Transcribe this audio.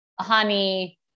honey